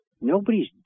Nobody's